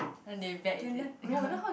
then they bet is it